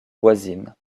voisine